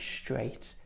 straight